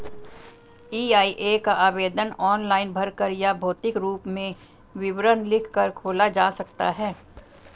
EIA का आवेदन online भरकर या भौतिक रूप में विवरण लिखकर खोला जा सकता है